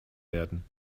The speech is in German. werden